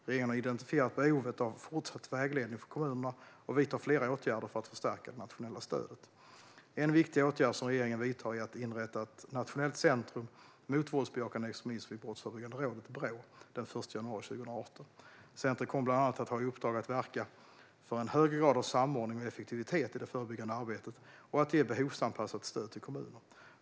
Regeringen har identifierat behovet av fortsatt vägledning för kommunerna och vidtar flera åtgärder för att förstärka det nationella stödet. En viktig åtgärd som regeringen vidtar är att inrätta ett nationellt centrum mot våldsbejakande extremism vid Brottsförebyggande rådet, Brå, den 1 januari 2018. Centrumet kommer bland annat att ha i uppdrag att verka för en högre grad av samordning och effektivitet i det förebyggande arbetet och att ge behovsanpassat stöd till kommuner.